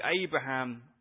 Abraham